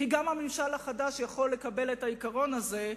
כי גם הממשל החדש יכול לקבל את העיקרון הזה,